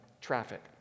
traffic